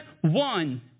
one